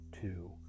two